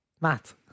Matt